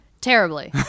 Terribly